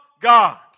God